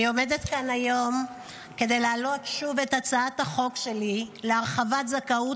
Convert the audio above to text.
אני עומדת כאן היום כדי להעלות שוב את הצעת החוק שלי להרחבת זכאות